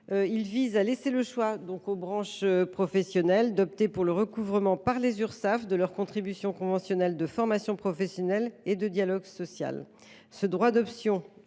vise à laisser le choix aux branches professionnelles d’opter pour le recouvrement par les Urssaf de leurs contributions conventionnelles de formation professionnelle et de dialogue social.